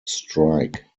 strike